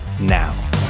now